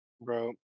Bro